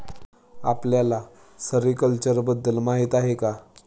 आपल्याला सेरीकल्चर बद्दल माहीती आहे का?